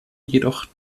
jedoch